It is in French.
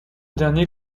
dernier